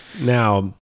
Now